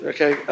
Okay